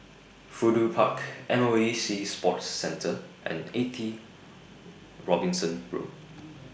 Fudu Park M O E Sea Sports Centre and eighty Robinson Road